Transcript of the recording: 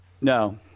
No